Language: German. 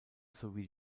sowie